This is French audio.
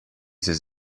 ses